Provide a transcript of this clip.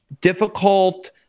difficult